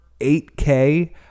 8K